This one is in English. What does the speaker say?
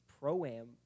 Pro-Am –